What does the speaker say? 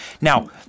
Now